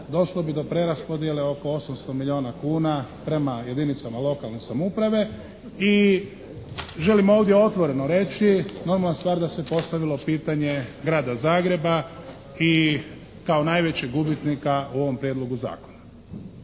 došlo bi do preraspodjele oko 800 milijuna kuna prema jedinicama lokalne samouprave i želim ovdje otvoreno reći normalna stvar da se postavilo pitanje Grada Zagreba i kao najvećeg gubitnika u ovom prijedlogu zakona.